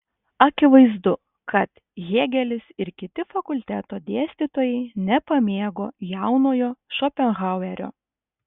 akivaizdu kad hėgelis ir kiti fakulteto dėstytojai nepamėgo jaunojo šopenhauerio